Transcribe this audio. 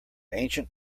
ancient